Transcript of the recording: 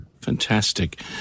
Fantastic